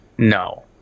No